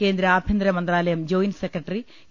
കേന്ദ്ര ആഭ്യന്തര മന്ത്രാലയം ജോയിന്റ് സെക്രട്ടറി എ